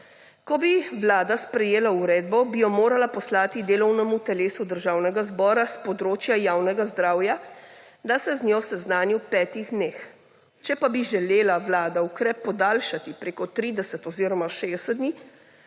Ko bi Vlada sprejela uredbo, bi jo morala poslati delovnemu telesu Državnega zbora s področja javnega zdravja, da se z njo seznani v petih dneh. Če pa bi želela Vlada ukrep podaljšati preko trideset oziroma